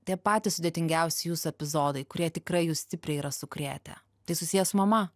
tie patys sudėtingiausi jūsų epizodai kurie tikrai jus stipriai yra sukrėtę tai susiję su mama